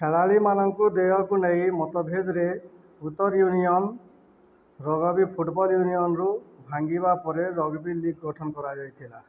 ଖେଳାଳିମାନଙ୍କୁ ଦେୟକୁ ନେଇ ମତଭେଦରେ ଉତ୍ତର ୟୁନିୟନ୍ ରଗ୍ବୀ ଫୁଟବଲ୍ ୟୁନିୟନ୍ରୁ ଭାଙ୍ଗିବା ପରେ ରଗ୍ବୀ ଲିଗ୍ ଗଠନ କରାଯାଇଥିଲା